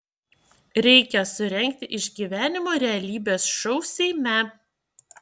reikia surengti išgyvenimo realybės šou seime